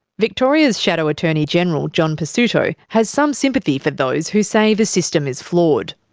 victoria's shadow attorney general, john pesutto, has some sympathy for those who say the system is flawed.